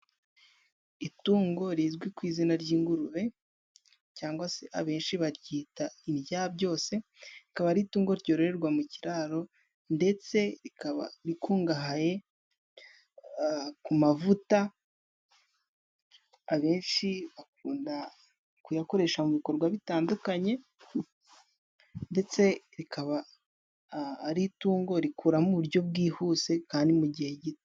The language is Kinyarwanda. Itungo rizwi ku izina ry'ingurube cyangwa se abenshi baryita indyabyose, rikaba ari itungo ryororerwa mu kiraro, ndetse rikaba rikungahaye ku mavuta abenshi bakunda kuyakoresha mu bikorwa bitandukanye, ndetse rikaba ari itungo rikura mu buryo bwihuse kandi mu gihe gito.